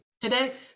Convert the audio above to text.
Today